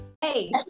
Hey